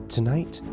Tonight